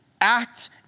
act